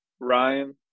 Ryan